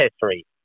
history